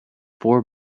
four